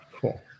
cool